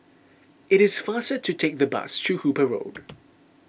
it is faster to take the bus to Hooper Road